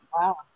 Wow